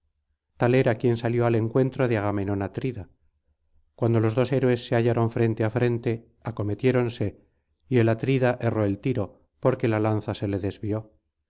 era quien salió al encuentro de agamenón atrida cuando los dos héroes se hallaron frente á frente acometiéronse y el atrida erró el tiro porque la lanza se le desvió